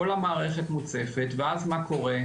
כל המערכת מוצפת ואז מה קורה,